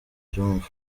abyumva